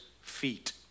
feet